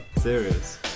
serious